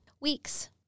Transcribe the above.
weeks